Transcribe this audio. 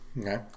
Okay